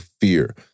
fear